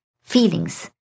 feelings